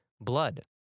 blood